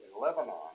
Lebanon